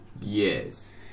Yes